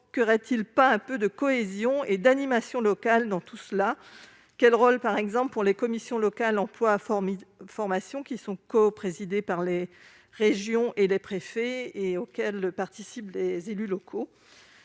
manque-t-il pas un peu de cohésion et d'animation locale dans tout cela ? Quel rôle est par exemple réservé aux commissions territoriales emploi-formation, qui sont coprésidées par les régions et les préfets, et auxquelles participent les élus locaux ?